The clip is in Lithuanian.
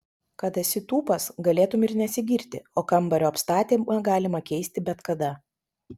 kad esi tūpas galėtum ir nesigirti o kambario apstatymą galima keisti bet kada